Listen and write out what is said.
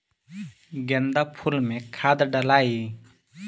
गेंदा फुल मे खाद डालाई?